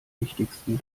wichtigsten